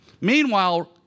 Meanwhile